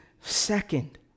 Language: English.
second